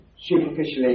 superficially